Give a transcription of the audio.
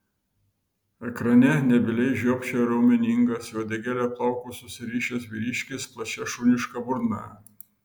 ekrane nebyliai žiopčiojo raumeningas į uodegėlę plaukus susirišęs vyriškis plačia šuniška burna